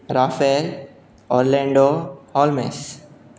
Rafael Orlando Olmes